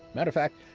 matter of fact,